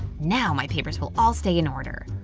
now my papers will all stay in order.